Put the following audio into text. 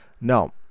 now